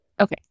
Okay